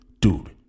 Dude